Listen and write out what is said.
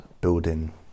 building